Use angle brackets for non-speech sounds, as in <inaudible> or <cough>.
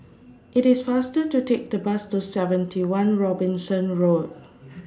IT IS faster to Take The Bus to seventy one Robinson Road <noise>